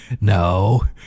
No